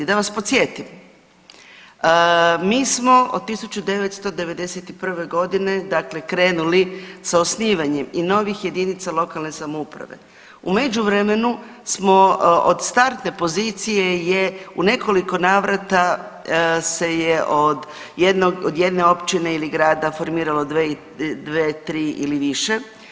Da vas podsjetim, mi smo od 1991. g., dakle krenuli sa osnivanjem i novih jedinica lokalne samouprave, u međuvremenu smo od startne pozicije je u nekoliko navrata se od jednog, od jedne općine ili grada formiralo dve, tri ili više.